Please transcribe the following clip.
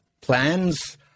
plans